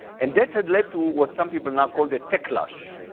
and that had led to what some people now call the tech clash,